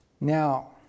Now